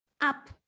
Up